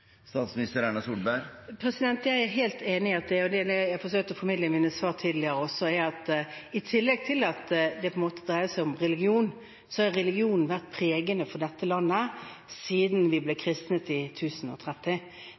Jeg er helt enig i – og det forsøkte jeg å formidle i mine svar tidligere også – at i tillegg til at det på en måte dreier seg om religion, har religionen vært pregende for dette landet siden vi ble kristnet i